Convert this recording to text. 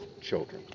children